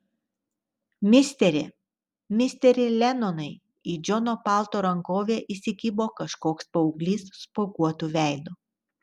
misteri misteri lenonai į džono palto rankovę įsikibo kažkoks paauglys spuoguotu veidu